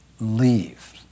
leave